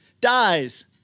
Dies